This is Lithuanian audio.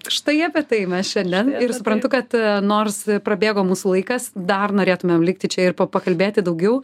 štai apie tai mes šiandien ir suprantu kad nors prabėgo mūsų laikas dar norėtumėm likti čia ir pa pakalbėti daugiau